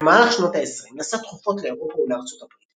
במהלך שנות העשרים נסע תכופות לאירופה ולארצות הברית